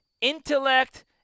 intellect